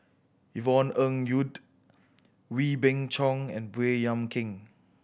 Yvonne Ng Uhde Wee Beng Chong and Baey Yam Keng